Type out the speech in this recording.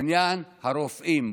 הוא בעניין הרופאים.